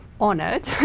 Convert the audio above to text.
honored